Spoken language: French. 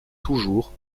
toujours